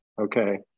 okay